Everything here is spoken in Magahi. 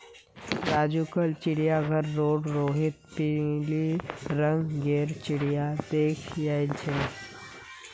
राजू कल चिड़ियाघर रोड रोहित पिली रंग गेर चिरया देख याईल छे